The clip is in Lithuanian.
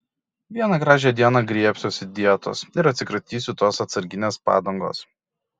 vieną gražią dieną griebsiuosi dietos ir atsikratysiu tos atsarginės padangos